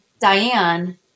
Diane